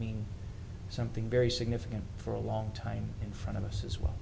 mean something very significant for a long time in front of us as well